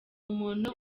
umuntu